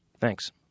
Thanks